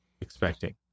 expecting